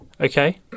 okay